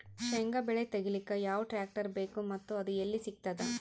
ಶೇಂಗಾ ಬೆಳೆ ತೆಗಿಲಿಕ್ ಯಾವ ಟ್ಟ್ರ್ಯಾಕ್ಟರ್ ಬೇಕು ಮತ್ತ ಅದು ಎಲ್ಲಿ ಸಿಗತದ?